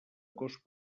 cos